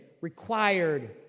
required